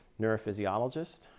neurophysiologist